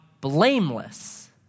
blameless